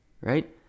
right